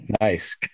nice